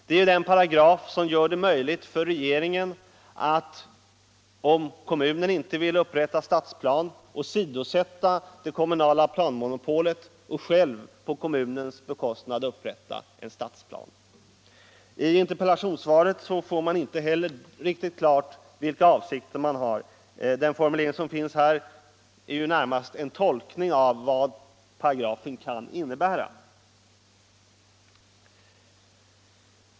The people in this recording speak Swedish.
Det är den paragraf som gör det möjligt för regeringen att, om kommunen inte vill upprätta stadsplan, åsidosätta det kommunala planmonopolet och själv på kommunens bekostnad upprätta en stadsplan. I interpellationssvaret får man inte heller riktigt klart vilka avsikter regeringen har. Den formulering som finns här är närmast en tolkning av vad paragrafen kan innebära.